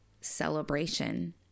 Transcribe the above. Celebration